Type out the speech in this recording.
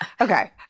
Okay